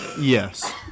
yes